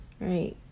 right